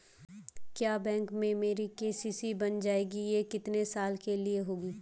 क्या बैंक में मेरी के.सी.सी बन जाएगी ये कितने साल के लिए होगी?